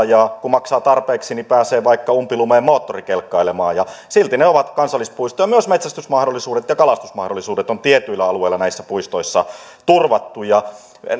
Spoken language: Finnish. ja kun maksaa tarpeeksi niin pääsee vaikka umpilumeen moottorikelkkailemaan silti ne ovat kansallispuistoja myös metsästysmahdollisuudet ja kalastusmahdollisuudet on tietyillä alueilla näissä puistoissa turvattu